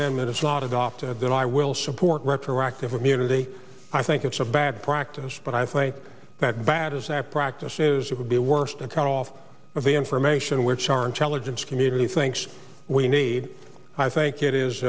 adopted that i will support retroactive immunity i think it's a bad practice but i think that bad as i practice is it would be worse to cut off of the information which our intelligence community thinks we need i think it is